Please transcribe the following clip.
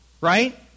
right